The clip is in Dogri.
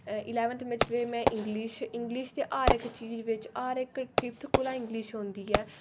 इलैवन्थ बिच में इंगलिश ते हर इक चीज बिच हर इक फिफ्थ कोला इंगलिश औंदी ऐ